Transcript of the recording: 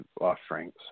offerings